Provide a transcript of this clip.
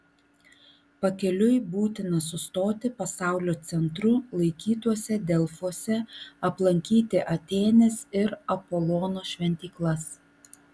pakeliui būtina sustoti pasaulio centru laikytuose delfuose aplankyti atėnės ir apolono šventyklas